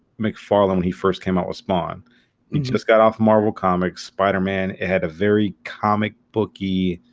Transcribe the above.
mcfarland when he first came out with spawn he just got off marvel comics spider-man it had a very comic book ii